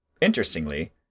Interestingly